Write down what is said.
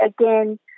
again